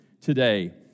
today